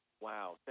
Wow